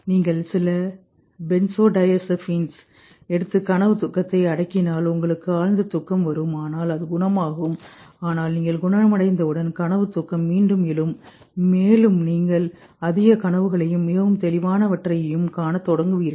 நீங்கள் சில பென்சோடியாசெபைன்களை எடுத்து கனவு தூக்கத்தை அடக்கினால் உங்களுக்கு ஆழ்ந்த தூக்கம் வரும் ஆனால் அது குணமாகும் ஆனால் நீங்கள் குணமடைந்தவுடன் கனவு தூக்கம் மீண்டும் எழும் மேலும் நீங்கள் அதிக கனவுகளையும் மிகவும் தெளிவானவற்றையும் காணத் தொடங்குவீர்கள்